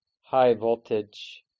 high-voltage